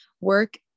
Work